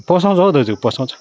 पोसाउँछ हौ दाजु पोसाउँछ